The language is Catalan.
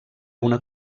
una